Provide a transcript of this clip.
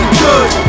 good